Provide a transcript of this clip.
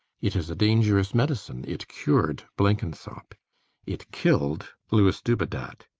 it is a dangerous medicine it cured blenkinsop it killed louis dubedat.